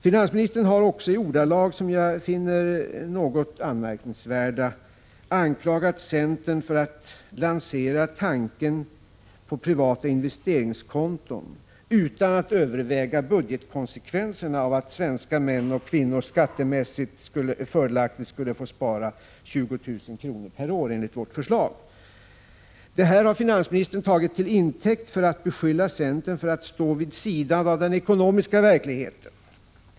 Finansministern har i ordalag som jag finner något anmärkningsvärda anklagat centern för att lansera tanken på privata investeringskonton utan att överväga budgetkonsekvenserna av att svenska män och kvinnor skattemässigt fördelaktigt skulle få spara 20 000 kr. per år enligt vårt förslag. Det här har finansministern tagit till intäkt för att beskylla centern för att stå vid sidan av den ekonomiska verkligheten.